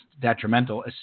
detrimental